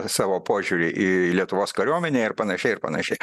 savo požiūrį į lietuvos kariuomenę ir panašiai ir panašiai